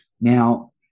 Now